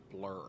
blur